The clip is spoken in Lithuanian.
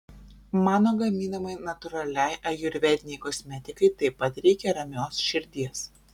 mano gaminamai natūraliai ajurvedinei kosmetikai taip pat reikia ramios širdies